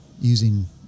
using